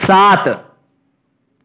सात